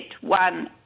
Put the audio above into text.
one